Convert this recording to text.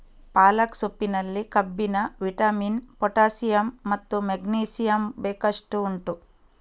ಪಾಲಕ್ ಸೊಪ್ಪಿನಲ್ಲಿ ಕಬ್ಬಿಣ, vitamin, potassium ಮತ್ತು ಮೆಗ್ನೀಸಿಯಮ್ ಬೇಕಷ್ಟು ಉಂಟು